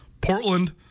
Portland